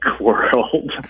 world